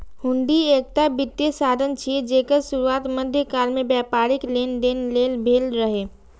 हुंडी एकटा वित्तीय साधन छियै, जेकर शुरुआत मध्यकाल मे व्यापारिक लेनदेन लेल भेल रहै